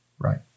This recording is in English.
Right